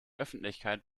öffentlichkeit